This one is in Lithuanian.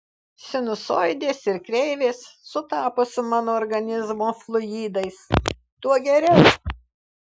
sinusoidės ir kreivės sutapo su mano organizmo fluidais tuo geriau